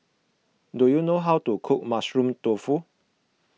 do you know how to cook Mushroom Tofu